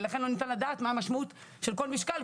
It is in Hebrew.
ולכן לא ניתן לדעת מה המשמעות של כל משקל,